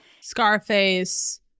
Scarface